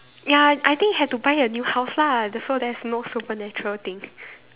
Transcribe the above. ya I I think had to buy a new house lah so there's no supernatural thing